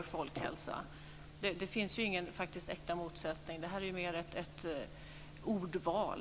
Det finns ingen äkta motsättning. Det är mer fråga om ett ordval.